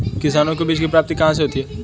किसानों को बीज की प्राप्ति कहाँ से होती है?